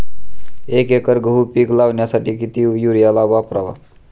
एक एकर गहू पीक लावण्यासाठी किती युरिया वापरावा?